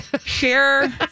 Share